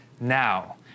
now